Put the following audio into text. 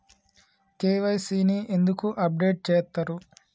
KYC ని ఎందుకు update చేత్తరు?